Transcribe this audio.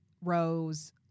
Rose